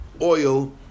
oil